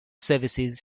services